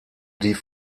die